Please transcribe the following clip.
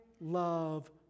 love